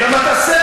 אתה יודע מה תעשה?